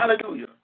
hallelujah